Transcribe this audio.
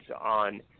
on